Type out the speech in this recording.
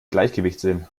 gleichgewichtssinn